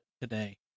today